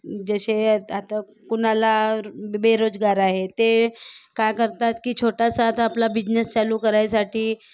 जसे आता कोणाला बेरोजगार आहे ते काय करतात की छोटासा आता आपला बिझनेस चालू करायसाठी